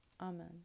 Amen